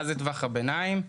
מה זה טווח הביניים?